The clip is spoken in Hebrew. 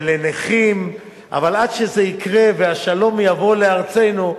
ולנכים, אבל עד שזה יקרה, והשלום יבוא לארצנו,